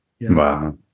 wow